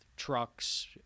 trucks